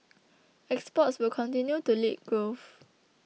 exports will continue to lead growth